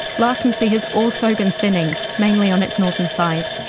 larsen c has also been thinning, mainly on its northern side.